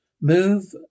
Move